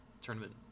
tournament